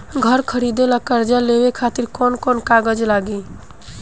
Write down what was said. घर खरीदे ला कर्जा लेवे खातिर कौन कौन कागज लागी?